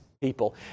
people